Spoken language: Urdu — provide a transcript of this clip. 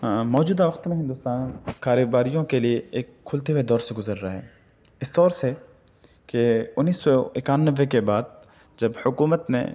موجودہ وقت میں ہندوستان کاروباریوں کے لئے ایک کھلتے ہوئے دور سے گزر رہا ہے اس دور سے کہ انیس سو اکیانوے کے بعد جب حکومت نے